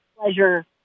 pleasure